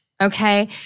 Okay